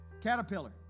Caterpillar